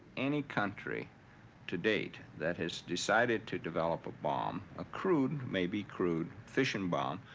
any country to date that has decided to develop a bomb, a crude, maybe crude fission bomb,